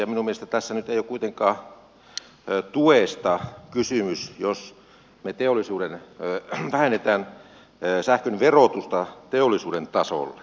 minun mielestäni tässä nyt ei ole kuitenkaan tuesta kysymys jos me vähennämme sähkön verotusta teollisuuden tasolle